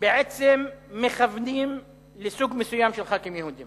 בעצם מכוונים לסוג מסוים של ח"כים יהודים